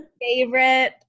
Favorite